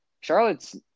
Charlotte's